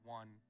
one